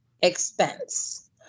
expense